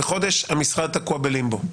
וחודש המשרד תקוע בלימבו.